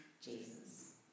Jesus